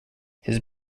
his